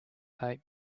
hate